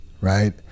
right